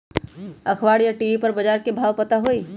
अखबार या टी.वी पर बजार के भाव पता होई?